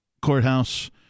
Courthouse